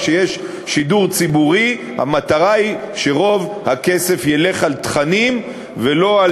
כשיש שידור ציבורי המטרה היא שרוב הכסף יצא על תכנים ולא על